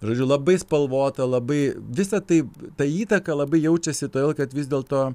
žodžiu labai spalvota labai visa taip ta įtaka labai jaučiasi todėl kad vis dėlto